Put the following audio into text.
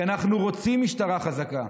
כי אנחנו רוצים משטרה חזקה,